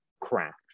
craft